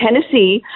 Tennessee